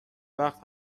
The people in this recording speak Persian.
وقت